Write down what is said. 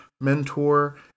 mentor